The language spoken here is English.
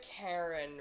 Karen